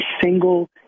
single